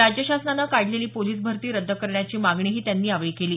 राज्य शासनानं काढलेली पोलीस भरती रद्द करण्याची मागणीही त्यांनी केली